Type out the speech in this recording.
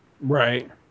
Right